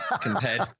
compared